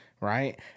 Right